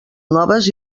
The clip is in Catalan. noves